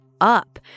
up